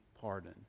pardon